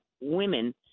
women